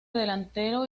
delantero